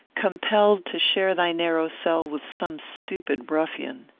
compelled to share thy narrow cell with some stupid ruffian.